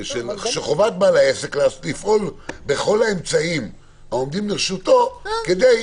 זה שחובת בעל העסק לפעול בכל האמצעים העומדים לרשותו כדי,